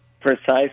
Precisely